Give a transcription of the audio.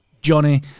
johnny